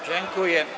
Dziękuję.